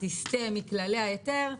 ככל שתסטה מכללי ההיתר,